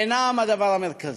אינם הדבר המרכזי.